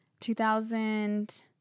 2000